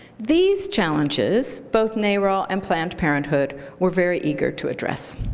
these challenges both narol and planned parenthood were very eager to address,